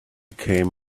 came